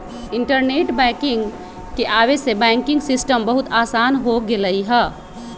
internet banking के आवे से बैंकिंग सिस्टम बहुत आसान हो गेलई ह